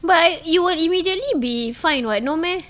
but you will immediately be fined [what] not meh